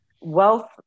Wealth